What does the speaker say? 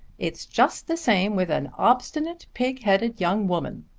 it's just the same with an obstinate pig-headed young woman.